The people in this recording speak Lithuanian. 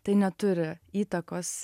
tai neturi įtakos